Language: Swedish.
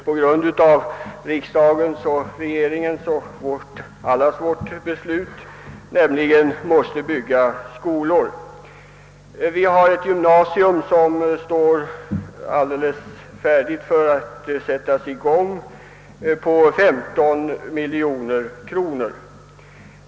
På grund av regeringens och riksdagens beslut måste denna kommun bygga skolor. I min kommun planerar vi byggandet av ett gymnasium till en kostnad av 15 miljoner kronor.